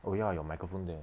oh ya your microphone there